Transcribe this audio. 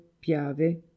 Piave